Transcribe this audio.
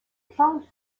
plantes